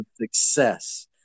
success